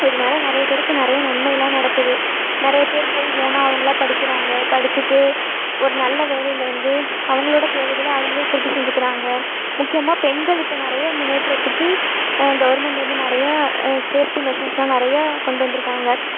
இதனால நிறைய பேருக்கு நிறைய நன்மைலாம் நடக்குது நிறைய பேர் போய் ஓனா அவங்களா படிக்கிறாங்க படிச்சுட்டு ஒரு நல்ல வேலைலேருந்து அவங்களோட தேவைகளை அவங்களே பூர்த்தி செஞ்சிக்கிறாங்க முக்கியமாக பெண்கள் இப்போ நிறைய முன்னேற்றத்துக்கு கவர்மெண்ட் வந்து நிறையா சேஃப்டி மெஷர்ஸ்லாம் நிறையா கொண்டு வந்திருக்காங்க